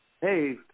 Hey